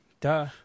Duh